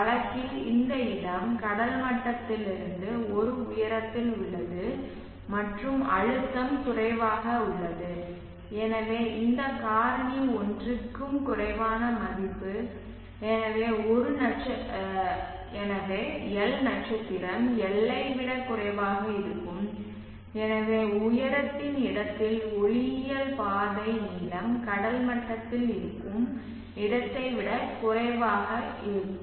வழக்கில் இந்த இடம் கடல் மட்டத்திலிருந்து ஒரு உயரத்தில் உள்ளது மற்றும் அழுத்தம் குறைவாக உள்ளது எனவே இந்த காரணி 1 க்கும் குறைவான மதிப்பு எனவே l நட்சத்திரம் l ஐ விட குறைவாக இருக்கும் எனவே உயரத்தின் இடத்தின் ஒளியியல் பாதை நீளம் கடல் மட்டத்தில் இருக்கும் இடத்தை விட குறைவாக இருங்கள்